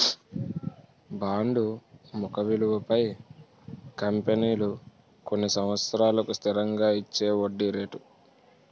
bond ముఖ విలువపై కంపెనీలు కొన్ని సంవత్సరాలకు స్థిరంగా ఇచ్చేవడ్డీ రేటు